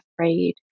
afraid